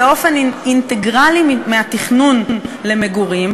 באופן אינטגרלי של התכנון למגורים,